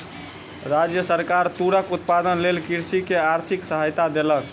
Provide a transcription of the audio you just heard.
राज्य सरकार तूरक उत्पादनक लेल कृषक के आर्थिक सहायता देलक